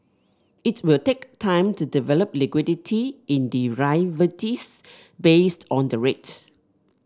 it will take time to develop liquidity in derivatives based on the rate